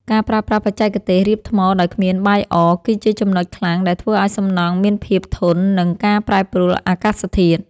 ការប្រើប្រាស់បច្ចេកទេសរៀបថ្មដោយគ្មានបាយអគឺជាចំណុចខ្លាំងដែលធ្វើឱ្យសំណង់មានភាពធន់នឹងការប្រែប្រួលអាកាសធាតុ។